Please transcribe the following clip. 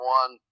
one